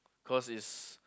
cause is